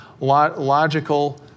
logical